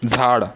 झाड